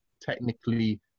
technically